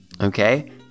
Okay